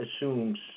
assumes